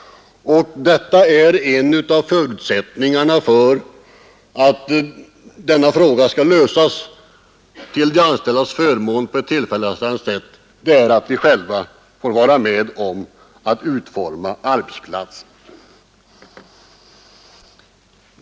För att frågan skall kunna lösas på ett för de anställda tillfredsställande sätt måste de själva få vara med om att utforma arbetsplatsen.